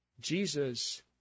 Jesus